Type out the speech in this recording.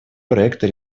проекта